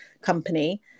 company